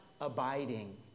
abiding